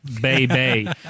baby